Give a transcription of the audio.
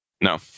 No